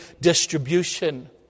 distribution